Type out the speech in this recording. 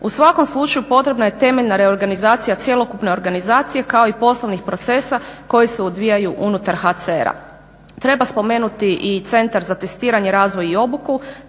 U svakom slučaju potrebna je temeljna reorganizacija cjelokupne organizacije kao i poslovnih procesa koji se odvijaju unutar HCR-a. Treba spomenuti i Centar za testiranje, razvoj i obuku,